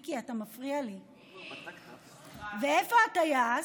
ואיפה הטייס?